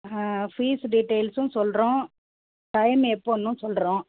fees டீட்டெயில்ஸும் சொல்கிறோம் time எப்போதுனும் சொல்கிறோம்